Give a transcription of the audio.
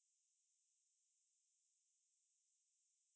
ya like that exactly